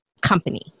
company